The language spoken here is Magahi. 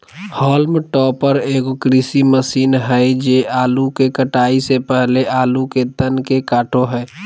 हॉल्म टॉपर एगो कृषि मशीन हइ जे आलू के कटाई से पहले आलू के तन के काटो हइ